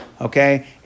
Okay